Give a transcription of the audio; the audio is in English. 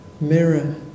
mirror